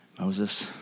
Moses